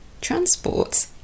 transport